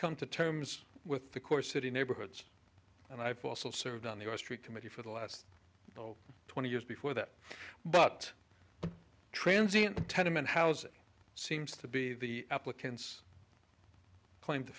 come to terms with the core city neighborhoods and i've also served on the wall street committee for the last twenty years before that but transients tenement housing seems to be the applicants claim to